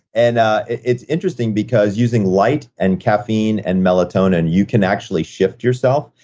and ah it's interesting because using light and caffeine and melatonin, you can actually shift yourself.